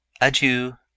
Adieu